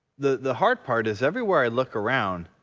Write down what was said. the the hard part is everywhere i look around